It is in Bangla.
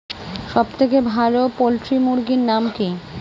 সবথেকে ভালো পোল্ট্রি মুরগির নাম কি?